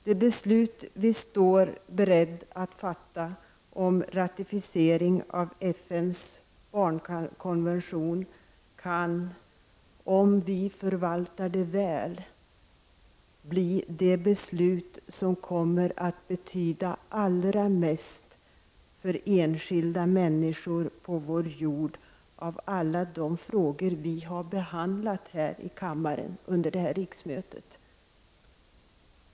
Det beslut vi står beredda att fatta om ratificering av FNs barnkonvention kan, om vi förvaltar det väl, bli det beslut som kommer att betyda allra mest för enskilda människor på vår jord av alla de frågor som vi har behandlat här i kammaren under detta riksmöte.